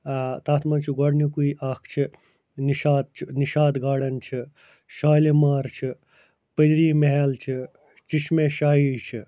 آ تتھ منٛز چھُ گۄڈنیُکُے اَکھ چھِ نِشاط چھُ نِشاط گارڈٕن چھُ شالِمار چھِ پٔری محل چھِ چشمے شاہی چھِ